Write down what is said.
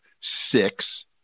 six